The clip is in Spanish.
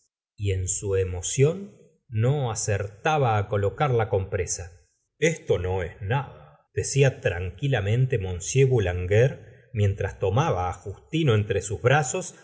y en su emoción no acertaba colocar la compresa esto no es nada decia tranquilamente monsieur boulanger mientras tomaba justino entre sus brazos